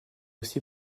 aussi